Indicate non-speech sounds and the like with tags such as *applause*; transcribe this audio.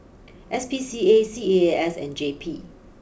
*noise* S P C A C A A S and J P